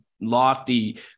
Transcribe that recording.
lofty